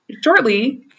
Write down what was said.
shortly